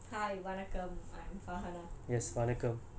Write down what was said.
hi வணக்கம்:vanakkam I'm farhanah